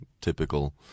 typical